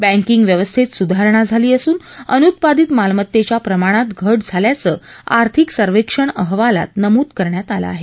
banking व्यवस्थेत सुधारणा झाली असून अनुत्पादित मालमत्तेच्या प्रमाणात घट झाल्याचं आर्थिक सर्वेक्षण अहवालात नमूद करण्यात आलं आहे